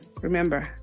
remember